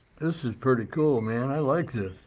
this is pretty cool, man. i like this.